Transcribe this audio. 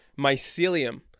mycelium